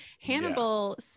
Hannibal